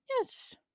Yes